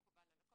עד הסוף.